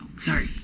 Sorry